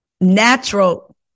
natural